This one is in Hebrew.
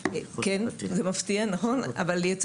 זה מפתיע, נכון?